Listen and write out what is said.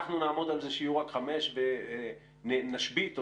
אנחנו נעמוד על זה שיהיו רק חמש ונשבית או